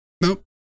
Nope